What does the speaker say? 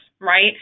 right